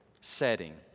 setting